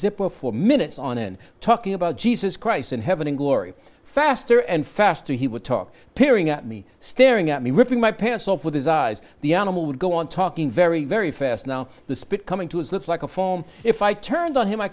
zipper for minutes on end talking about jesus christ in heaven in glory faster and faster he would talk appearing at me staring at me ripping my pants off with his eyes the animal would go on talking very very fast now the spit coming to his lips like a form if i turned on him i